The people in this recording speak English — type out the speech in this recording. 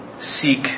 Seek